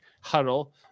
huddle